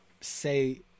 say